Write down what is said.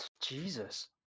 Jesus